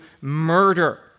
murder